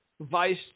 vice